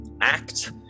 act